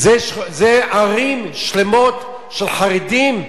אלו ערים שלמות של חרדים.